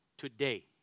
today